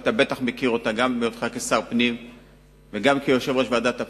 שאתה בטח מכיר אותה גם מהיותך שר הפנים ויושב-ראש ועדת הפנים,